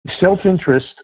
Self-interest